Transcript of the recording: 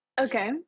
Okay